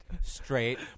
straight